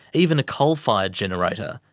even a coal-fired generator,